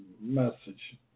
message